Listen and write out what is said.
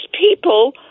people